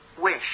wish